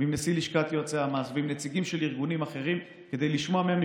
עם נשיא לשכת יועצי המס ועם נציגים של ארגונים אחרים כדי לשמוע מהם.